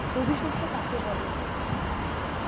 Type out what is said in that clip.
রবি শস্য কাকে বলে?